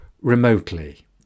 remotely